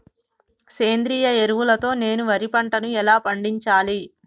సేంద్రీయ ఎరువుల తో నేను వరి పంటను ఎలా పండించాలి?